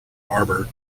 arbour